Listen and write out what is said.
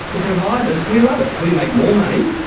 the providers, we love it. we make more money,